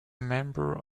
member